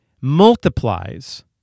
multiplies